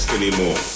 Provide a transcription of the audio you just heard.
anymore